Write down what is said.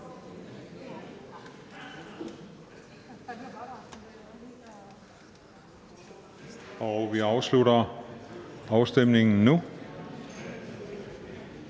Jeg afslutter afstemningen nu.